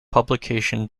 publication